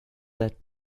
that